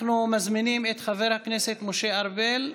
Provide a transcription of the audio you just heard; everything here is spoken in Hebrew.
אנחנו מזמינים את חבר הכנסת משה ארבל,